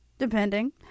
Depending